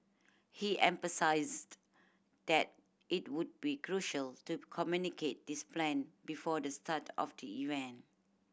he emphasised that it would be crucial to communicate this plan before the start of the event